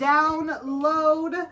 Download